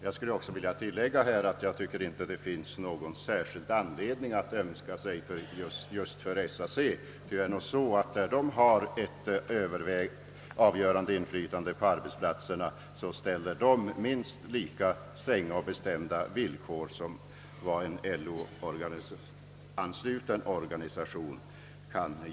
Jag vill också tillägga att det enligt min mening inte finns någon särskild anledning att ömka just SAC, ty när denna organisation har ett avgörande inflytande ställer den minst lika stränga och bestämda villkor som en LO-ansluten organisation.